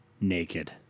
naked